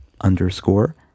underscore